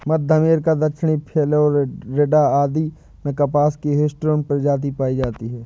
मध्य America, दक्षिणी Florida आदि में कपास की हिर्सुटम प्रजाति पाई जाती है